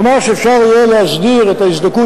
נאמר שאפשר יהיה להסדיר את ההזדכות